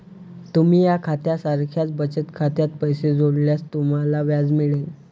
तुम्ही या खात्या सारख्या बचत खात्यात पैसे जोडल्यास तुम्हाला व्याज मिळेल